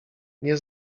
nie